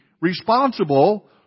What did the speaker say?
responsible